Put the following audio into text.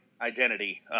identity